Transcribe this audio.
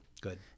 good